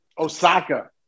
Osaka